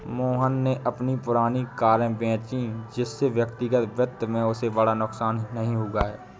मोहन ने अपनी पुरानी कारें बेची जिससे व्यक्तिगत वित्त में उसे बड़ा नुकसान नहीं हुआ है